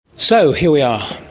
so, here we are,